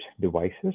devices